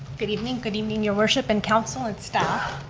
good evening. good evening, your worship and council and staff.